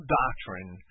doctrine